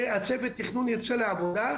עד שאתה יוצא למכרז והצוות תכנון יוצא לעבודה,